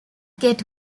get